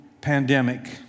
pandemic